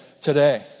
today